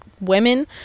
women